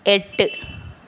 എട്ട്